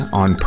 on